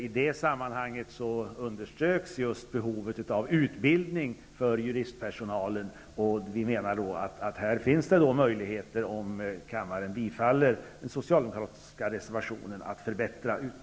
I det sammanhanget underströks just behovet av utbildning för juristpersonalen. Vi menar att det finns möjligheter att förbättra utbildningsläget om kammaren bifaller den socialdemokratiska reservationen.